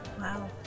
Wow